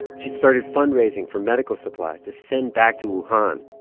she'd started fundraising for medical supplies to send back to wuhan.